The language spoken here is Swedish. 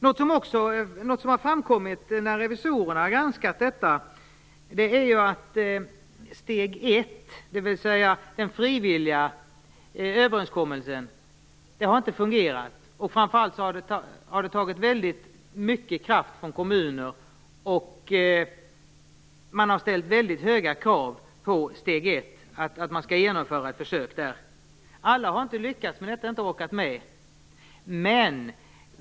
Något som har framkommit när revisorerna har granskat detta är att steg 1, dvs. den frivilliga överenskommelsen, inte har fungerat. Framför allt har det tagit väldigt mycket kraft från kommuner - man har ställt väldigt höga krav på att de skall genomföra försök när det gäller steg 1. Alla har inte lyckats med detta eller inte orkat med det.